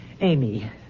Amy